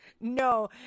No